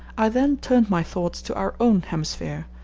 i then turned my thoughts to our own hemisphere,